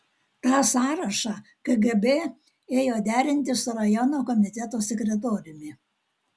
tą sąrašą kgb ėjo derinti su rajono komiteto sekretoriumi